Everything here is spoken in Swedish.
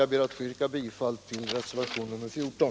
Jag ber att få yrka bifall till reservation nr 14.